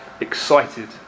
excited